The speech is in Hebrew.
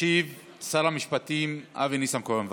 ישיב שר המשפטים אבי ניסנקורן.